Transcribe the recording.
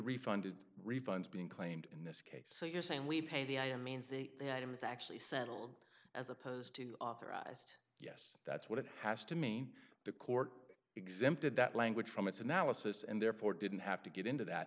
refund refunds being claimed in this case so you're saying we pay the i am means the item is actually sent as opposed to authorized yes that's what it has to mean the court exempted that language from its analysis and therefore didn't have to get into that